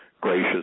gracious